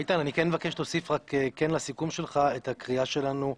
איתן אני כן מבקש שתוסיף רק לסיכום שלך את הקריאה שלנו,